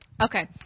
Okay